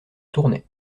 tournay